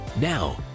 Now